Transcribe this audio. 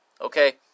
Okay